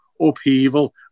upheaval